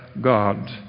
God